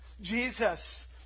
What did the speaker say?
Jesus